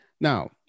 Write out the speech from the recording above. Now